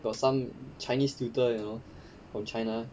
got some chinese tutor you know from china